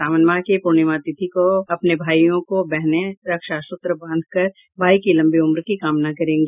सावन माह की पूर्णिमा तिथि को अपने भाईयों को बहनें रक्षासूत्र बांध कर भाई की लंबी उम्र की कामना करेगी